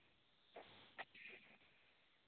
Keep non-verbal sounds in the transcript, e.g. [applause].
[unintelligible]